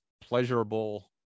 pleasurable